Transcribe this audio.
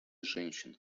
женщин